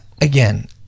again